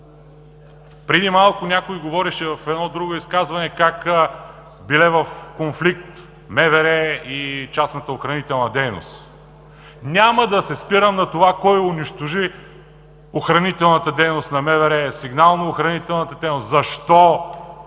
преди малко някой говореше в едно друго изказване как били в конфликт МВР и частната охранителна дейност. Няма да се спирам на това кой унищожи охранителната и сигнално-охранителната дейност на